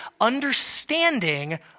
understanding